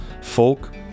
folk